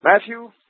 Matthew